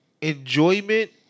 enjoyment